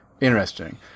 interesting